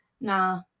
nah